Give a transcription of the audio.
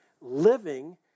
living